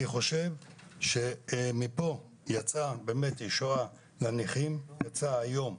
אני חושב שמפה יצאה ישועה לנכים, יצאה היום.